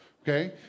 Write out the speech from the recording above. okay